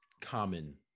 common